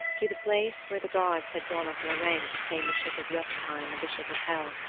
to the place where the gods had drawn up their ranks came the ship of jotunheim and the ship of hel,